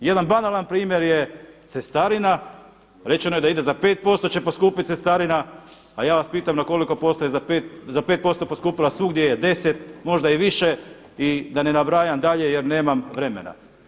Jedan banalan primjer je cestarina, rečeno je da ide za 5% će poskupiti cestarina a ja vas pitam na koliko posto je za 5% poskupila, svugdje je 10, možda i više i da ne nabrajam dalje jer nemam vremena.